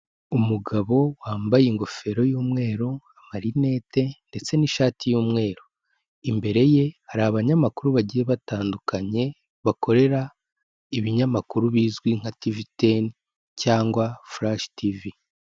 Umugabo wambaye ingofero y'umweru, amarinete ndetse n'ishati y'umweru, imbere ye hari abanyamakuru bagiye batandukanye bakorera ibinyamakuru bizwi nka tiviteni cyangwa furashi tivi.